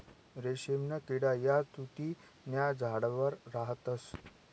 रेशीमना किडा या तुति न्या झाडवर राहतस